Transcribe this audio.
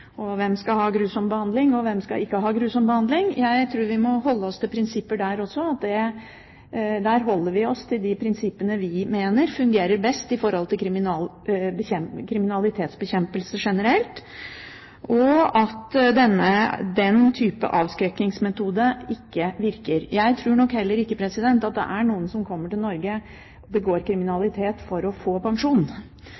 hvem skal ha grusom behandling, og hvem skal ikke ha grusom behandling. Jeg tror vi må holde oss til prinsipper der også, til det vi mener fungerer best med hensyn til kriminalitetsbekjempelse generelt, og at den type avskrekkingsmetode ikke virker. Jeg tror heller ikke at det er noen som kommer til Norge og begår